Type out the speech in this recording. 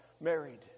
married